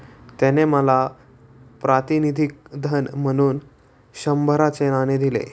त्याने मला प्रातिनिधिक धन म्हणून शंभराचे नाणे दिले